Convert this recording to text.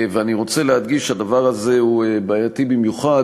ואני רוצה להדגיש שהדבר הזה הוא בעייתי במיוחד,